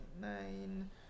Nine